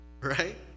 Right